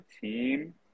team